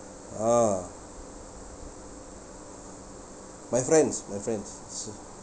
a'ah my friends my friends